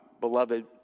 beloved